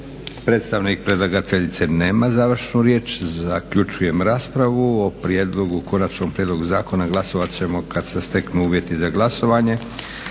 Predstavnik predlagateljice nema završnu riječ. Zaključujem raspravu. O konačnom prijedlogu zakona glasovat ćemo kad se steknu uvjeti za glasovanje.